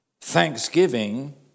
Thanksgiving